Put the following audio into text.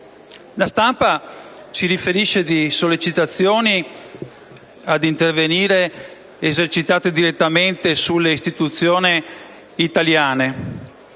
La stampa ci riferisce di sollecitazioni ad intervenire esercitate direttamente sulle istituzioni italiane.